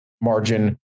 margin